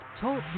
Talk